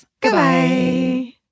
Goodbye